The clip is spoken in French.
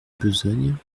besogne